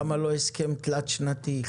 למה לא הסכם תלת-שנתי?